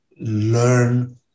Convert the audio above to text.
learn